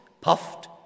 puffed